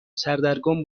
سردرگم